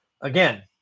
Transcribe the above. again